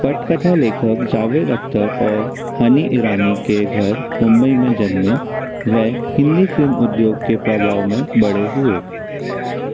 पटकथा लेखक जावेद अख़्तर और हनी ईरानी के घर मुम्बई में जन्मे वे हिंदी फ़िल्म उद्योग के प्रभाव में बड़े हुए